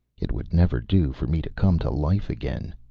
it would never do for me to come to life again.